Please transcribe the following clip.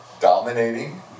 dominating